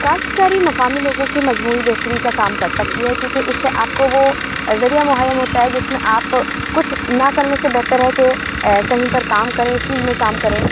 کاشتکاری مقامی لوگوں کی مجموعی بہتری کا کام کر سکتی ہے کیوںکہ اس سے آپ کو وہ ذریعہ مہیہ ہوتا ہے جس میں آپ کچھ نہ کرنے سے بہتر ہے کہ کہیں پر کام کریں فیلڈ میں کام کریں